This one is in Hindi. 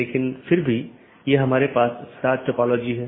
BGP AS के भीतर कार्यरत IGP को प्रतिस्थापित नहीं करता है